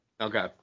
okay